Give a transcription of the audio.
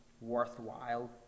worthwhile